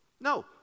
No